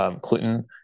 Clinton